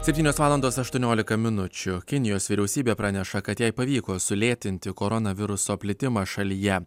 septynios valandos aštuoniolika minučių kinijos vyriausybė praneša kad jai pavyko sulėtinti koronaviruso plitimą šalyje